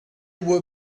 were